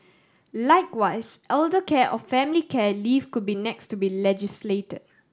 likewise elder care or family care leave could be next to be legislated